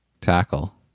tackle